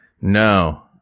no